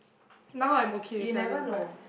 now I'm okay to tell him but